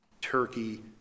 Turkey